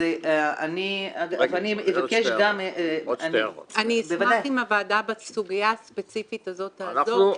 אני אשמח אם הוועדה בסוגיה הספציפית הזאת תעזור,